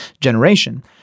generation